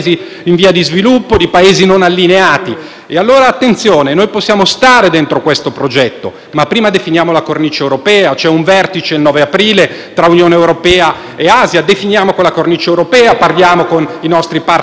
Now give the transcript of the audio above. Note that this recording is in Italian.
definire la cornice europea. C'è un vertice, il 9 aprile, tra Unione europea e Asia: definiamo la cornice europea, parliamo con i nostri *partner* storici dentro l'Alleanza atlantica e poi andiamo avanti su questo percorso. Lo dico perché